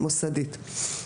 מוסדית.